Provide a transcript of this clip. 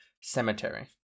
cemetery